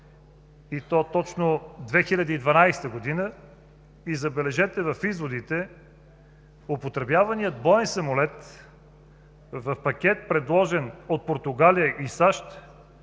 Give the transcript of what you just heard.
и то точно в 2012 г. И, забележете, в изводите: употребяваният боен самолет в пакет, предложен от Португалия и САЩ,